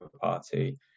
Party